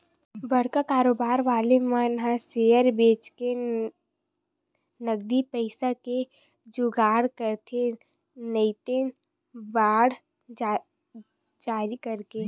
बड़का कारोबार वाले मन ह सेयर बेंचके नगदी पइसा के जुगाड़ करथे नइते बांड जारी करके